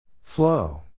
Flow